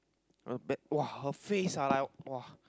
uh bad !wah! her face ah like !wah!